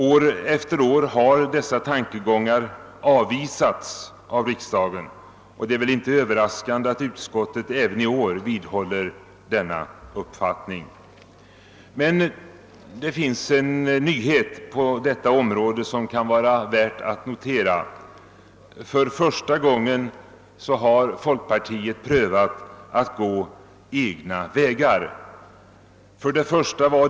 År efter år har dessa tankegångar avvisats av riksdagen, och det är väl inte överraskande att utskottet även i år vidhåller sin uppfattning. Men det finns en nyhet på detta område som det kan vara värt att notera. För första gången har folkpartiet prövat att gå egna vägar.